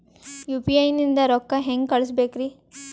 UPI ನಿಂದ ರೊಕ್ಕ ಹೆಂಗ ಕಳಸಬೇಕ್ರಿ?